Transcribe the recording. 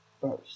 first